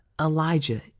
Elijah